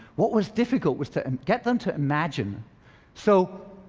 what was difficult was to and get them to imagine so,